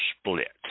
split